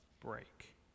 break